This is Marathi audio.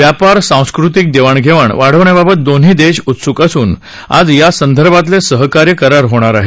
व्यापार सांस्कृतिक देवाण घेवाण वाढवण्याबाबत दोन्ही देश उत्सूक असून आज यासंदर्भातले सहकार्य करार होणार आहेत